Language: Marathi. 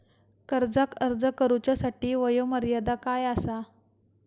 कर्जाक अर्ज करुच्यासाठी वयोमर्यादा काय आसा?